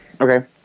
Okay